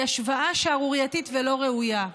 היא השוואה שערורייתית ולא ראויה.